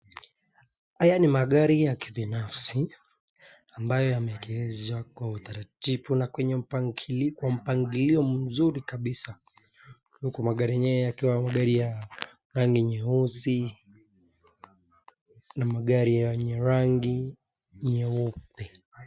Haya ni magari ya kibinafsi ambaye ameekeswa kwa utaratibu na kwa mbakilio mzuri kabisa huku magari yenyewe ikiwa magari rangi nyeusi na magari ya rangi nyeupe.